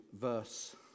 verse